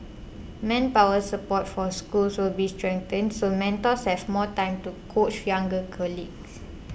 manpower support for schools will be strengthened so mentors have more time to coach younger colleagues